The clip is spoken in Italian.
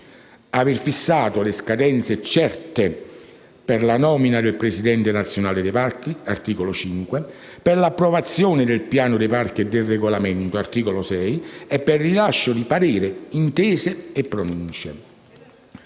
aver fissato le scadenze certe per la nomina del presidente dei parchi nazionali (articolo 4), per l'approvazione del piano del parco e del regolamento (articolo 5), per il rilascio di pareri, intese, pronunce;